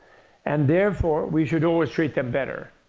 and therefore, we should always treat them better.